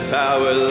power